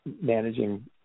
managing